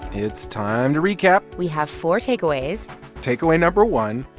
it's time to recap we have four takeaways takeaway number one,